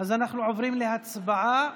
אנחנו עוברים להצבעה